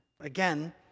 again